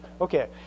Okay